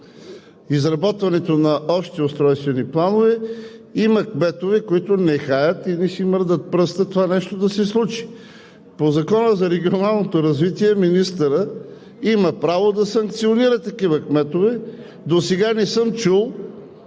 изработването на общи устройствени планове, има кметове, които нехаят и не си мърдат пръста това нещо да се случи. По Закона за регионалното развитие министърът има право да санкционира такива кметове. Досега не съм чул